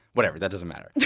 whatever. that doesn't matter